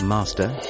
Master